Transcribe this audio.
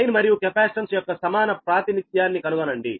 line మరియు capacitance యొక్క సమాన ప్రాతినిధ్యాన్ని కనుగొనండి